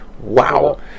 wow